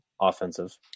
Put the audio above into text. offensive